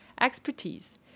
expertise